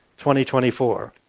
2024